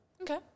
Okay